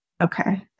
Okay